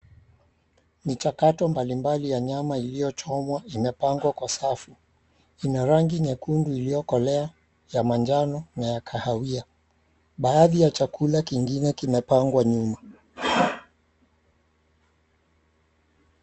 Michakato mbalimbali ya nyama iliyochomwa imepangwa kwa safu, ina rangi nyekundu iliyokolea ya manjano na ya kahawia, baadhi ya chakula kingine kimepangwa nyuma.